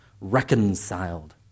reconciled